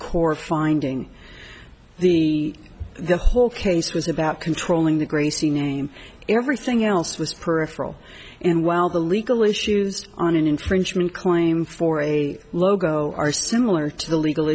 court finding the the whole case was about controlling the gracie name everything else was perth for all and while the legal issues on an infringement claim for a logo are similar to the legal